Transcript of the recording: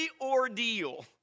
ordeal